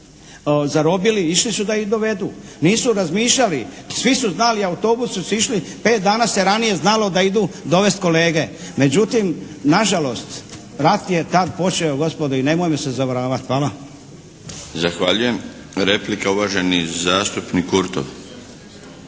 Zahvaljujem. Replika, uvaženi zastupnik Širac.